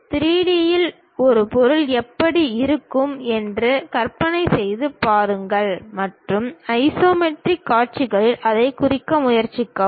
3D இல் ஒரு பொருள் எப்படி இருக்கும் என்று கற்பனை செய்து பாருங்கள் மற்றும் ஐசோமெட்ரிக் காட்சிகளில் அதைக் குறிக்க முயற்சிக்கவும்